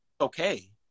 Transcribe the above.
okay